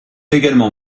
également